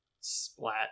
Splat